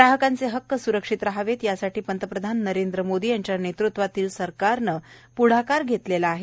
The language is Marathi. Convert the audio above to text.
ग्राहकांचे हक्क सुरक्षित रहावेत यासाठी पंतप्रधान नरेंद्र मोदी यांच्या नेतृत्वाखाली सरकारने प्ढाकार घेतलेला आहे